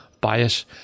bias